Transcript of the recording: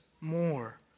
more